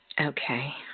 Okay